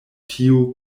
tiu